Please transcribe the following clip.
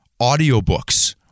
audiobooks